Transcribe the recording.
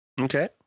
okay